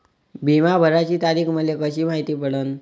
बिमा भराची तारीख मले कशी मायती पडन?